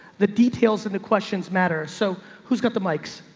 the details and the questions matter. so who's got the mics?